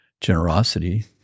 generosity